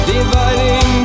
Dividing